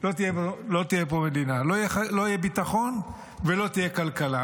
לא תהיה פה מדינה, לא יהיה ביטחון ולא תהיה כלכלה.